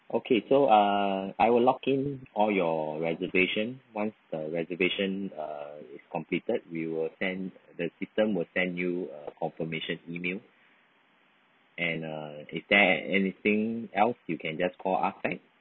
okay so uh I will lock in all your reservation once the reservation uh is completed we will send the system will send you a confirmation email and uh is there anything else you can just call us